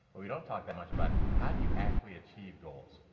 but we don't talk that much about how do you actually achieve goals.